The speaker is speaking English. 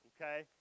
Okay